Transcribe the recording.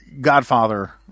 Godfather